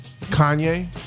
Kanye